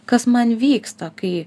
kas man vyksta kai